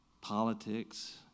politics